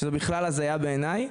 שזה בכלל הזייה בעיניי.